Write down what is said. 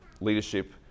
leadership